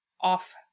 off